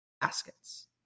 baskets